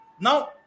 Now